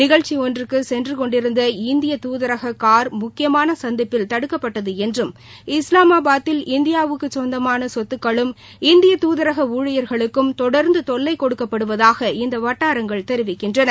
நிகழ்ச்சியொன்றுக்கு சென்று கொண்டிருந்த இந்திய தூதரக கார் முக்கியமான சந்திப்பில்தடுக்கப்பட்டது என்றும் இஸ்லாம்பாதில் இந்தியாவுக்கு சொந்தமாள சொத்துகளுக்கும் இந்திய தூதரக ஊழியர்களுக்கும் தொடாந்து தொல்லை கொடுக்கப்படுவதாக இந்த வட்டாரங்கறள் தெரிவிக்கிறது